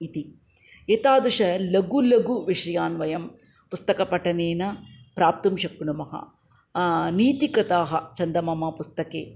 इति एतादृशान् लघुः लघुः विषयान् वयं पुस्तकपठनेन प्राप्तुं शक्नुमः नीतिकथाः चन्दमामापुस्तके